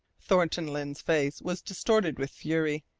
thornton lyne's face was distorted with fury.